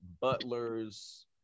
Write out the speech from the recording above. butlers